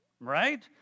right